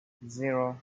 zero